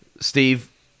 Steve